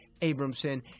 abramson